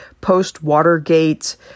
post-Watergate